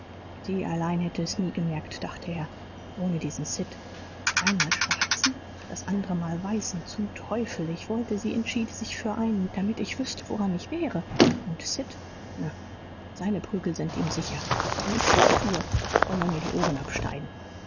sie allein hätte es nie gemerkt dachte er ohne diesen sid einmal schwarzen das andere mal weißen zum teufel ich wollte sie entschiede sich für einen damit ich wüßte woran ich wäre und sid na seine prügel sind ihm sicher wenn ich's nicht tue soll man mir die ohren abschneiden